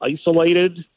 isolated